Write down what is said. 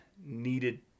needed